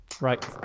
right